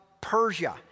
Persia